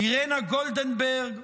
אירנה גולדנברג,